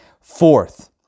Fourth